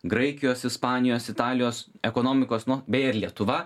graikijos ispanijos italijos ekonomikos nuo beje ir lietuva